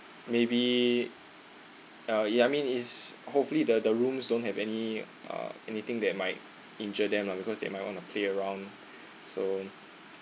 maybe uh ya I mean is hopefully the the rooms don't have any uh anything that might injure them lah because they might want to play around so